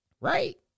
right